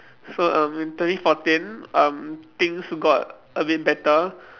so um in twenty fourteen um things got a bit better